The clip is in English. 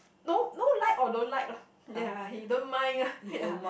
no no like or don't like lah ya he don't mind ah ya